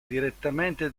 direttamente